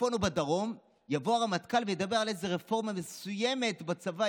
בצפון או בדרום יבוא הרמטכ"ל וידבר על איזו רפורמה מסוימת בצבא.